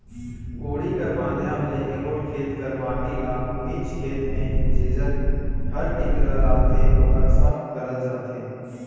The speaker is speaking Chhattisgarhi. कोड़ी कर माध्यम ले एगोट खेत कर माटी ल ओहिच खेत मे जेजग हर टिकरा रहथे ओला सम करल जाथे